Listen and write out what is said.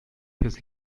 his